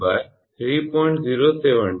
97 3